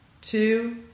two